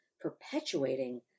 perpetuating